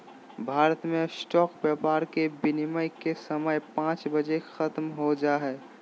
भारत मे स्टॉक व्यापार के विनियम के समय पांच बजे ख़त्म हो जा हय